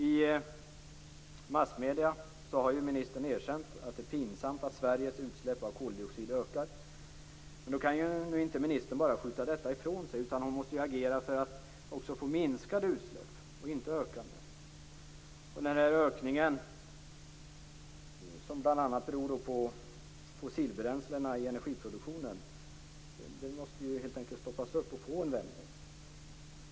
I massmedierna har ministern erkänt att det är pinsamt att Sveriges utsläpp av koldioxid ökar. Men då kan ministern inte bara skjuta detta ifrån sig, utan hon måste också agera för att få till stånd minskade utsläpp och inte ökade. Den ökning som bl.a. beror på fossilbränslena i energiproduktionen måste helt enkelt stoppas och få en vändning.